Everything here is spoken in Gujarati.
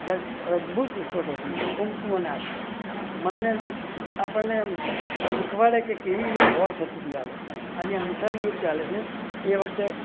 અદભુત પુસ્તક હતું એ કુમકુમ અને આશ્કા મનને આપણને એમ શીખવાડે કે કેવી રીતે વોર થતી હતી આગળ આજે આમ મિસાઈલ યુદ્ધ ચાલે છે